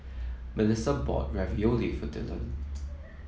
Mellissa bought Ravioli for Dillon